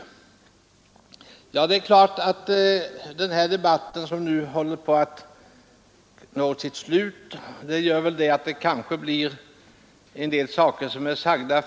Den här debatten håller nu på att nå sitt slut. Det gör att det mesta redan har sagts.